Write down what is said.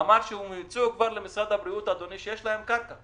אמר שהם הודיעו למשרד הבריאות שיש להם קרקע,